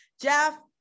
Jeff